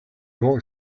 walked